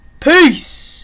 peace